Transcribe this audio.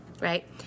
right